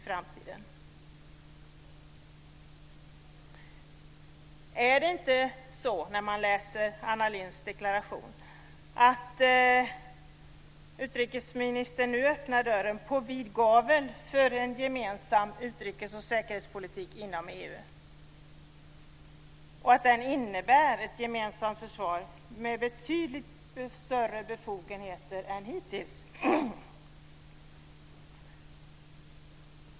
När man läser Anna Lindhs deklaration får man intrycket att utrikesministern nu öppnar dörren på vid gavel för en gemensam utrikes och säkerhetspolitik inom EU och att denna innebär ett gemensamt försvar med betydligt större befogenheter än hittills.